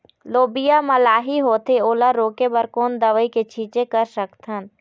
लोबिया मा लाही होथे ओला रोके बर कोन दवई के छीचें कर सकथन?